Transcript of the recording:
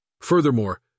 Furthermore